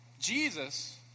Jesus